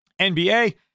NBA